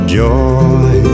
joy